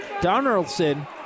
Donaldson